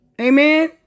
Amen